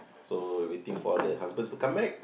so we waiting for the husband to come back